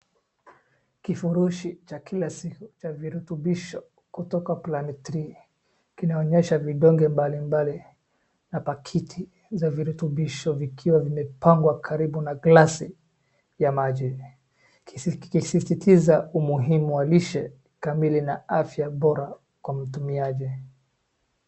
Kifurushi cha kila siku cha virutubisho kutoka planet three kinaonyesha vidonge mbali mbali na pakiti za virutubisho vikiwa vimepangwa karibu na glasi ya maji ikisisitiza umuhimu wa lishe kamili na afya bora kwa mtumiaji.